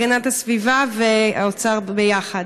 הגנת הסביבה והאוצר ביחד: